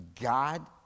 God